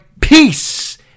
peace